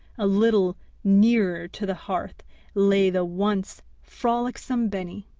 a little nearer to the hearth lay the once frolicsome beni,